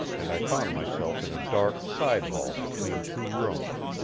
and i found myself in a dark side-hall between two rooms.